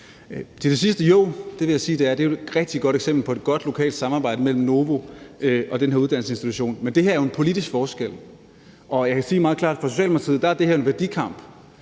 er det er. Det er jo et rigtig godt eksempel på et godt lokalt samarbejde mellem Novo og den her uddannelsesinstitution. Men det her er jo en politisk forskel. Og jeg kan sige meget klart, at for Socialdemokratiet er det her en værdikamp,